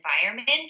environment